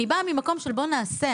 אני באה ממקום של בוא נעשה,